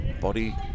Body